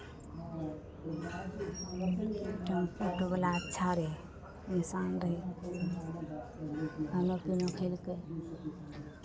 auto ऑटोवला अच्छा रहै इंसान रहै खानो पीनो खेलकै